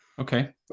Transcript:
Okay